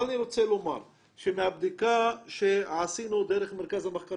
אני רוצה לומר שמהבדיקה שעשינו דרך מרכז המחקר